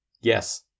yes